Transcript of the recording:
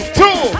two